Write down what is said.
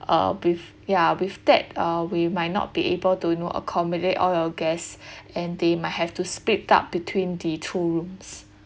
uh with ya with that uh we might not be able to you know accommodate all your guests and they might have to split up between the two rooms